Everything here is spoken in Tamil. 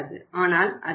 ஆனால் அதிகரிக்கும்